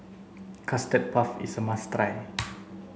custard puff is a must